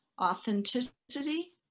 authenticity